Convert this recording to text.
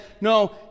No